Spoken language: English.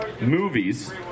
movies